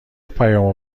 پیامو